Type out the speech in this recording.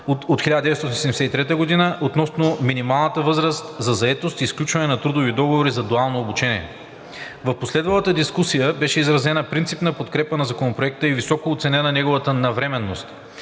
138/1973 г. относно минималната възраст за заетост и сключване на трудови договори за дуално обучение. В последвалата дискусия беше изразена принципна подкрепа на Законопроекта и високо оценена неговата навременност.